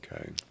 Okay